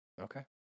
Okay